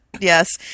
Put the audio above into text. yes